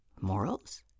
Morals